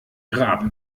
grab